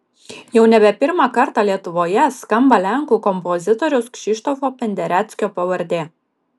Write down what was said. jau nebe pirmą kartą lietuvoje skamba lenkų kompozitoriaus krzyštofo pendereckio pavardė